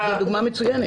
זאת דוגמה מצוינת.